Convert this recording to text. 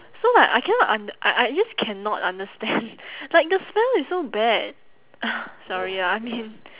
so like I cannot und~ I I just cannot understand like the smell is so bad sorry ah I mean